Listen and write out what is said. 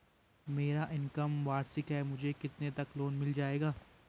मेरी इनकम वार्षिक है मुझे कितने तक लोन मिल जाएगा?